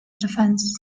defence